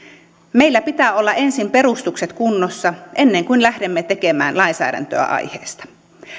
meillä pitää olla ensin perustukset kunnossa ennen kuin lähdemme tekemään lainsäädäntöä aiheesta